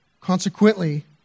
Consequently